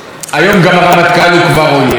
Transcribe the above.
היום גם הרמטכ"ל הוא כבר אויב.